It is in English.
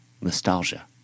nostalgia